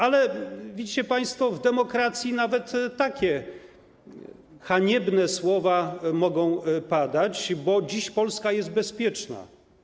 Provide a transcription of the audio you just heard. Ale widzicie państwo, w demokracji nawet takie haniebne słowa mogą padać, bo dziś Polska jest bezpieczna.